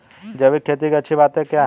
जैविक खेती की अच्छी बातें क्या हैं?